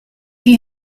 you